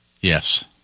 Yes